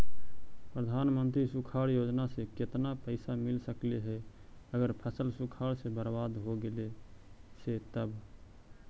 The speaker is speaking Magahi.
प्रधानमंत्री सुखाड़ योजना से केतना पैसा मिल सकले हे अगर फसल सुखाड़ से बर्बाद हो गेले से तब?